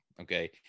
okay